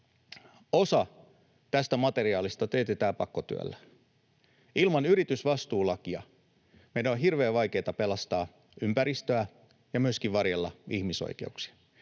Osa tästä materiaalista teetetään pakkotyöllä. Ilman yritysvastuulakia meidän on hirveän vaikeata pelastaa ympäristöä ja myöskin varjella ihmisoikeuksia.